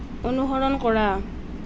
অনুসৰণ কৰা